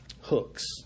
hooks